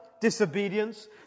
disobedience